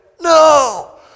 No